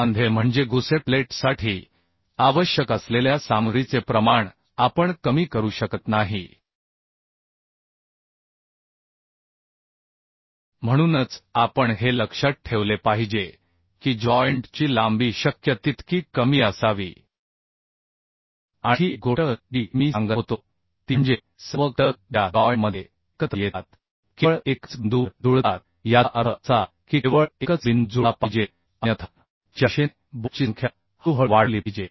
सांधे म्हणजे गुसेट प्लेटसाठी आवश्यक असलेल्या सामग्रीचे प्रमाण आपण कमी करू शकत नाही म्हणूनच आपण हे लक्षात ठेवले पाहिजे की जॉइंट ची लांबी शक्य तितकी कमी असावी आणखी एक गोष्ट जी मी सांगत होतो ती म्हणजे सर्व घटक ज्या जॉइंट मध्ये एकत्रा येतात केवळ एकाच बिंदूवर जुळतात याचा अर्थ असा की केवळ एकच बिंदू जुळला पाहिजे अन्यथा जॉइंट स्थितीच्या बाहेर वळतील एकसमान स्ट्रेस वितरणासाठी जॉइंट च्या दिशेने बोल्टची संख्या हळूहळू वाढवली पाहिजे